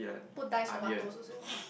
put diced tomatoes also